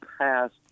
past